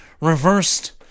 reversed